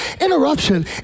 interruption